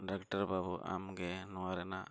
ᱵᱟᱹᱵᱩ ᱟᱢᱜᱮ ᱱᱚᱣᱟ ᱨᱮᱱᱟᱜ